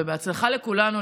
ובהצלחה לכולנו,